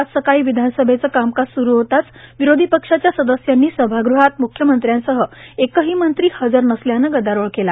आज सकाळी विधानसभेच कामकाज सुरू होताचं विरोधीपक्षाच्या सदस्यांनी सभागृहात मुख्यमंत्रयासह एकही मंत्री हजर नसल्यानं गदारोळ केला